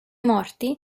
morti